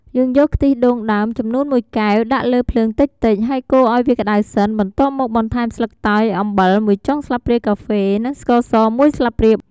យើងយកខ្ទិះដូងដើមចំនួន ១ កែវ ដាក់លើភ្លើងតិចៗ ហើយកូរឱ្យវាក្តៅសិន បន្ទាប់មកបន្ថែមស្លឹកតើយ អំបិល ១ចុងស្លាបព្រាកាហ្វេ និងស្ករស ១ស្លាបព្រា។